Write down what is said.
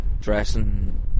dressing